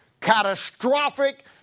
catastrophic